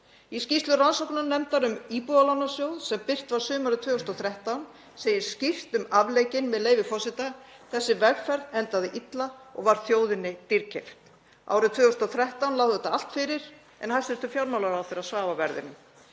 Í skýrslu rannsóknarnefndar um Íbúðalánasjóð, sem birt var sumarið 2013, segir skýrt um afleikinn, með leyfi forseta: „Þessi vegferð endaði illa og varð þjóðinni dýrkeypt.“ Árið 2013 lá þetta allt fyrir en hæstv. fjármálaráðherra svaf á verðinum.